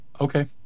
Okay